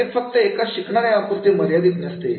तर हे फक्त एका शिकणाऱ्या पुरते मर्यादित नसते